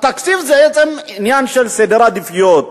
התקציב זה בעצם עניין של סדר עדיפויות,